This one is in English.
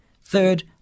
Third